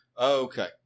Okay